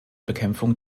bekämpfung